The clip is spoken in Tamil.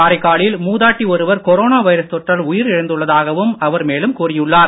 காரைக்காலில் மூதாட்டி ஒருவர் கொரோனா வைரஸ் தொற்றால் உயிரிழந்துள்ளதாகவும் அவர் மேலும் கூறியுள்ளார்